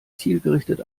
zielgerichtet